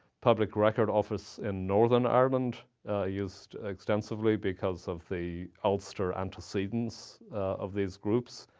public record office in northern ireland used extensively because of the ulster antecedents of these groups.